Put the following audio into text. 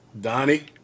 Donnie